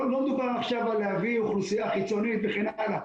לא מדובר עכשיו בהבאת אוכלוסייה חיצונית וכן הלאה.